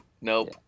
Nope